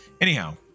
anyhow